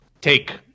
take